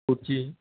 कुठची